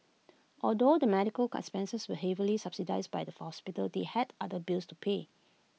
although the medical con expenses were heavily subsidised by the hospital they had other bills to pay